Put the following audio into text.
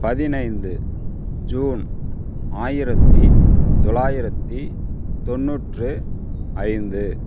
பதினைந்து ஜூன் ஆயிரத்தி தொள்ளாயிரத்தி தொண்ணூற்று ஐந்து